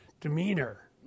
demeanor